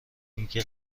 اینکه